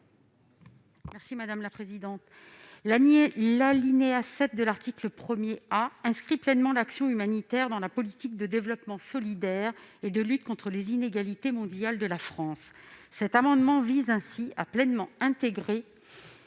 Mme Nicole Duranton. L'alinéa 7 de l'article 1 A inscrit pleinement l'action humanitaire dans la politique de développement solidaire et de lutte contre les inégalités mondiales de la France. Cet amendement vise ainsi à pleinement intégrer